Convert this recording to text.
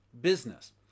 business